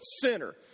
center